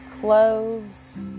cloves